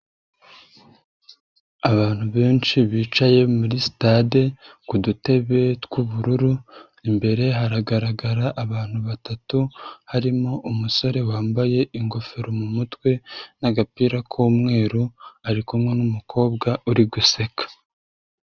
Abantu benshi bicaye muri stade ku dutebe tw'ubururu imbere hagaragara abantu batatu harimo umusore wambaye ingofero mumutwe na'agapira k'umweru ari kumwe n'umukobwa uri guseka.